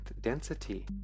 density